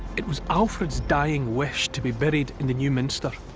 it was alfred's dying wish to be buried in the new minster.